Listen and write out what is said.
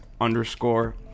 underscore